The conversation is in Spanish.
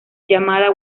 llamada